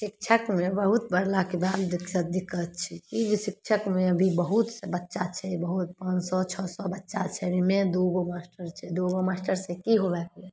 शिक्षकमे बहुत बढ़लाके बावजूदो ईसब दिक्कत छै ई जे शिक्षकमे अभी बहुत बच्चा छै बहुत पाँच सओ छओ सओ बच्चा छै एहिमे दुइगो मास्टर छै दुइगो मास्टरसे कि होबाके यऽ